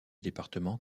département